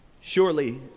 Surely